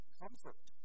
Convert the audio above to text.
comfort